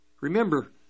Remember